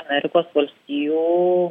amerikos valstijų